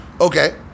Okay